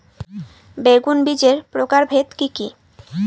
বেগুন বীজের প্রকারভেদ কি কী?